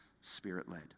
spirit-led